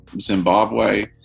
Zimbabwe